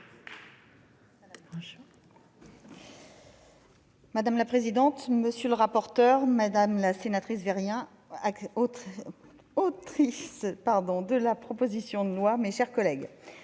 Madame la présidente, madame la rapporteure, madame la sénatrice Vérien, autrice de la proposition de loi, mes chers collègues,